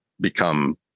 become